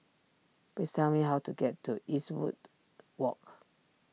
please tell me how to get to Eastwood Walk